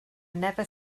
never